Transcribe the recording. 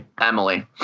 Emily